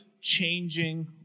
changing